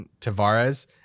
Tavares